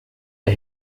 der